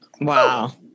Wow